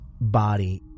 Body